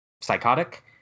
psychotic